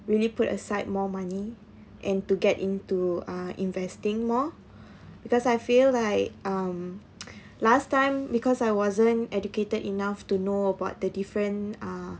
really put aside more money and to get into uh investing more because I feel like um last time because I wasn't educated enough to know about the different uh